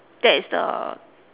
that is the